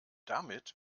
damit